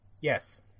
Yes